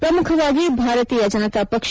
ಪ್ರಮುಖವಾಗಿ ಭಾರತೀಯ ಜನತಾ ಪಕ್ಷ